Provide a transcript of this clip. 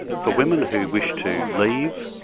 for women who wish to leave,